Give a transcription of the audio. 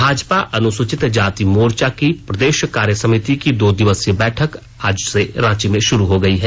भाजपा अनुसूचित जाति मोर्चा की प्रदेश कार्य समिति की दो दिवसीय बैठक आज से रांची में शुरू हो गई है